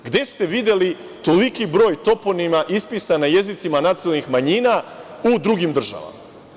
Gde ste videli toliki broj toponima ispisan na jezicima nacionalnih manjina u drugim državama?